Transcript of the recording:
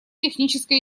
техническое